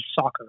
soccer